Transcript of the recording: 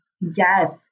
Yes